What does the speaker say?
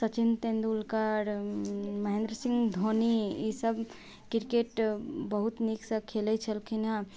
सचिन तेंदुलकर महेंद्र सिंह धोनी ई सब क्रिकेट बहुत नीकसंँ खेलैत छलखिन हँ